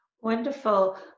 Wonderful